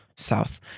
South